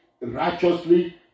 Righteously